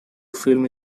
film